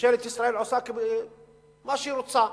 ממשלת ישראל עושה מה שהיא רוצה.